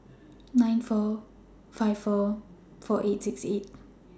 nine four five four four eight six eight